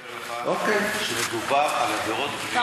אני מספר לך שמדובר על עבירות בנייה,